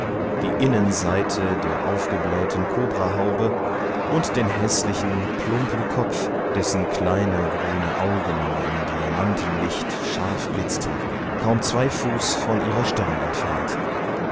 die innenseite der aufgeblähten kobrahaube und den häßlichen plumpen kopf dessen kleine grüne augen im diamantenlicht scharf blitzten kaum zwei fuß von ihrer stirn entfernt